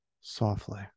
softly